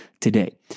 today